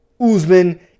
uzman